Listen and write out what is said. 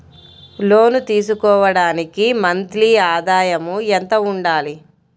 లోను తీసుకోవడానికి మంత్లీ ఆదాయము ఎంత ఉండాలి?